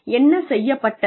என்ன செய்யப்பட்டது